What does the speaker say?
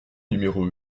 numéro